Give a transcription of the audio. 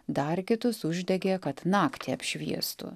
dar kitus uždegė kad naktį apšviestų